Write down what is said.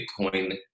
Bitcoin